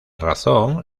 razón